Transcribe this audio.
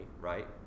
right